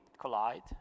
collide